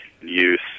use